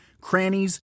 crannies